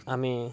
आमी